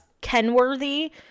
Kenworthy